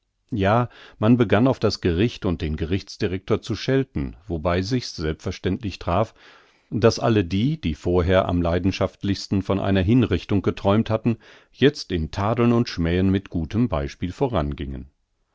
ja man begann auf das gericht und den gerichtsdirektor zu schelten wobei sich's selbstverständlich traf daß alle die die vorher am leidenschaftlichsten von einer hinrichtung geträumt hatten jetzt in tadeln und schmähen mit gutem beispiel vorangingen